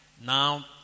Now